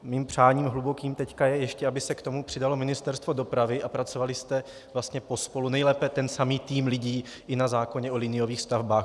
Mým přáním hlubokým teď ještě je, aby se k tomu přidalo Ministerstvo dopravy, abyste pracovali vlastně pospolu, nejlépe ten samý tým lidí, i na zákoně o liniových stavbách.